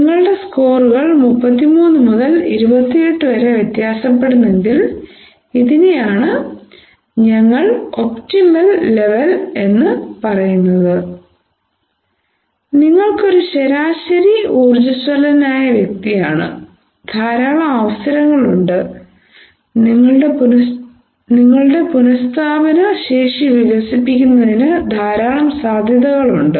നിങ്ങളുടെ സ്കോറുകൾ മുപ്പത്തിമൂന്ന് മുതൽ ഇരുപത്തിയെട്ട് വരെ വ്യത്യാസപ്പെടുന്നുവെങ്കിൽ ഇതിനെയാണ് ഞങ്ങൾ ഒപ്റ്റിമൽ ലെവൽ എന്ന് വിളിക്കുന്നത് നിങ്ങൾ ഒരു ശരാശരി ഉർജ്ജസ്വലനായ വ്യക്തിയാണ് ധാരാളം അവസരങ്ങളുണ്ട് നിങ്ങളുടെ പുനസ്ഥാപന ശേഷി വികസിപ്പിക്കുന്നതിന് ധാരാളം സാധ്യതകളുണ്ട്